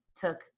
took